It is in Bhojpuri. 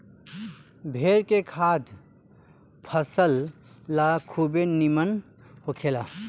भेड़ के खाद फसल ला खुबे निमन होखेला